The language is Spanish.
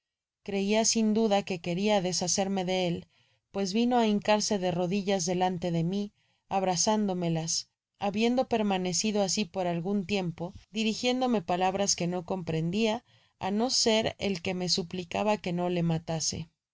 creia sin duda que queria deshacerme de él pues vino á hincarse de rodillas delante de mi abrazándomelas habien do permanecido asi por algun tiempo dirigiéndome palabras que no comprendia á no ser el que me suplicaba que no le matase